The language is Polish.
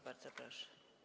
Bardzo proszę.